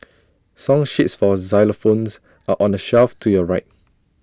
song sheets for xylophones are on the shelf to your right